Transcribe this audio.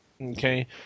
Okay